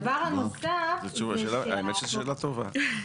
האמת שזאת שאלה טובה.